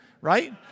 right